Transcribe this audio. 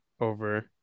Over